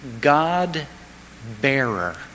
God-bearer